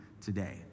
today